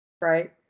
right